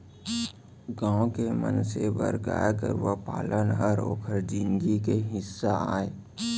गॉँव के मनसे बर गाय गरूवा पालन हर ओकर जिनगी के हिस्सा अय